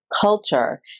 culture